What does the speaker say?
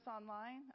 online